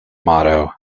motto